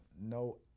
No